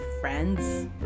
friends